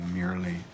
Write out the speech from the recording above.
merely